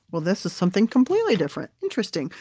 well this is something completely different. interesting.